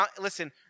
listen